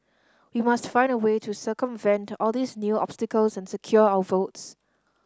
we must find a way to circumvent all these new obstacles and secure our votes